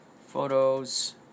Photos